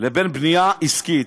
לבין בנייה עסקית.